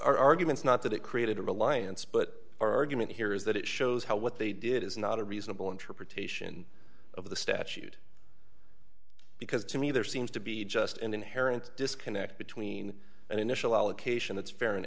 you arguments not that it created a reliance but our argument here is that it shows how what they did is not a reasonable interpretation of the statute because to me there seems to be just an inherent disconnect between an initial allocation that's fair an